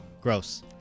Gross